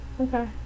Okay